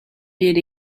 did